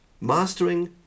mastering